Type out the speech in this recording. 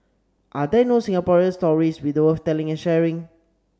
are there no Singapore stories worth telling and sharing